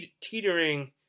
teetering